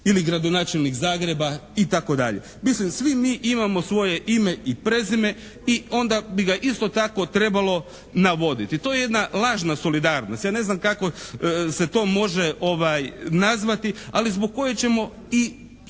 ili gradonačelnik Zagreba itd. Mislim, svi mi imamo svoje ime i prezime i onda bi ga isto tako trebalo navoditi. To je jedna lažna solidarnost. Ja ne znam kako se to može nazvati ali zbog koje ćemo i s